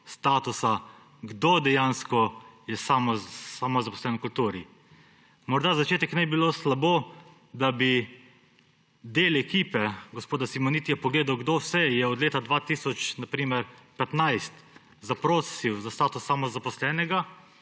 statusa, kdo dejansko je samozaposlen v kulturi. Morda za začetek ne bi bilo slabo, da bi del ekipe gospoda Simonitija pogledal, kdo vse je na primer od leta 2015 zaprosil za status samozaposlenega